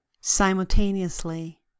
simultaneously